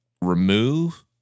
remove